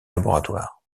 laboratoire